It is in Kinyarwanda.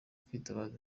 kwitabaza